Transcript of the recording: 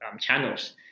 channels